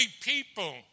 people